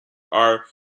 are